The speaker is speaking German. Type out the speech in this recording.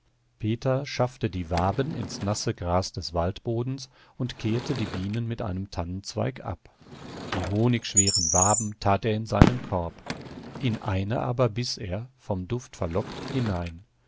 peter schaffte die waben ins nasse gras des waldbodens und kehrte die bienen mit einem tannenzweig ab die honigschweren waben tat er in seinen korb in eine aber biß er vom duft verlockt hinein